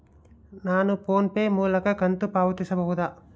ನಾವು PhonePe ಮೂಲಕ ಕಂತು ಪಾವತಿಸಬಹುದಾ?